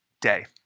day